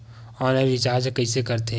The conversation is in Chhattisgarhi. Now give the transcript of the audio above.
ऑनलाइन रिचार्ज कइसे करथे?